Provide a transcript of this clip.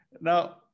Now